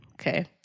Okay